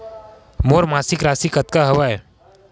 मोर मासिक राशि कतका हवय?